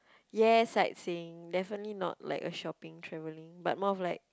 yes sightseeing definitely not like a shopping traveling but more of like